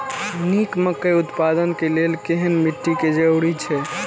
निक मकई उत्पादन के लेल केहेन मिट्टी के जरूरी छे?